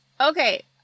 Okay